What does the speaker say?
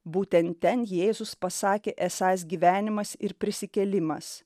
būtent ten jėzus pasakė esąs gyvenimas ir prisikėlimas